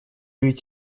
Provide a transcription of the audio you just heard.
ведь